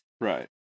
Right